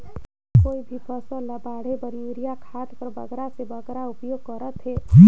कोई भी फसल ल बाढ़े बर युरिया खाद कर बगरा से बगरा उपयोग कर थें?